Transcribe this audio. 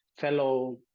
fellow